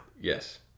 Yes